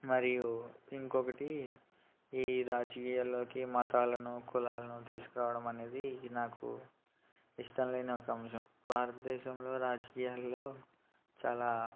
మరియు ఇంకొకటి ఈ రాజకీయాల్లోకి మతాలను కులాలను తీసుకురావడం అనేది నాకు ఇష్టం లేని ఒక అంశం భారతదేశంలో రాజకీయాల్లో చాలా